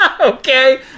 Okay